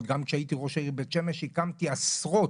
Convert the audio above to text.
גם כשהייתי ראש עיר בית שמש הקמתי עשרות